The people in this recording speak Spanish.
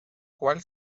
cuál